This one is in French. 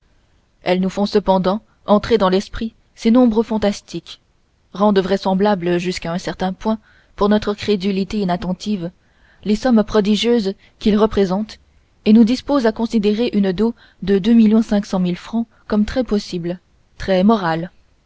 elles nous font cependant entrer dans l'esprit ces nombres fantastiques rendent vraisemblables jusqu'à un certain point pour notre crédulité inattentive les sommes prodigieuses qu'ils représentent et nous disposent à considérer une dot de deux millions cinq cent mille francs comme très possible très morale